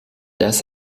dass